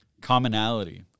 commonality